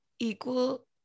equal